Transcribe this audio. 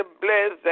bless